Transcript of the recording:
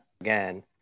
again